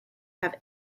have